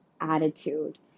attitude